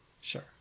sure